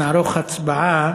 נערוך הצבעה.